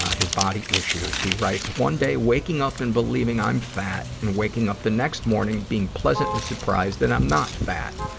his body issues, he writes, one day, waking up and believing i'm fat and waking up the next morning being pleasantly surprised that i'm not fat.